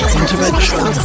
intervention